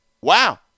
wow